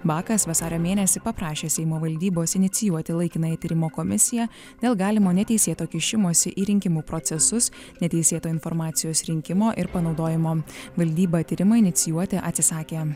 bakas vasario mėnesį paprašė seimo valdybos inicijuoti laikinąją tyrimo komisiją dėl galimo neteisėto kišimosi į rinkimų procesus neteisėto informacijos rinkimo ir panaudojimo valdyba tyrimą inicijuoti atsisakė